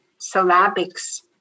syllabics